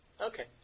Okay